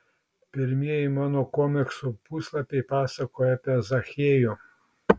pirmieji mano komiksų puslapiai pasakojo apie zachiejų